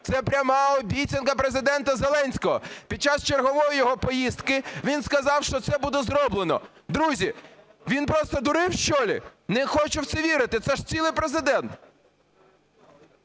це пряма обіцянка Президента Зеленського. Під час чергової його поїздки він сказав, що це буде зроблено. Друзі, він просто дурив, что ли? Не хочу в це вірити, це ж цілий Президент!